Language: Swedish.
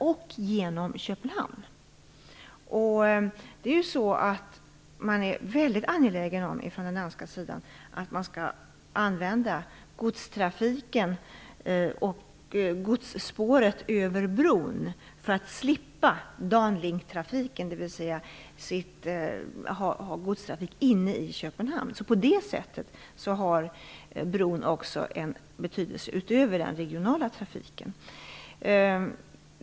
Från den danska sidan är man väldigt angelägen om att för godstrafik använda godsspåret över bron för att slippa Danlinktrafiken, dvs. att ha godstrafik inne i Köpenhamn. På det sättet har bron också en betydelse utöver den regionala trafiken.